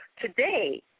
today